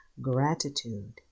gratitude